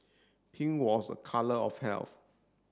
pink was a colour of health